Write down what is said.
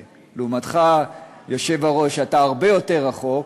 לעומתך, היושב-ראש, אתה הרבה יותר רחוק,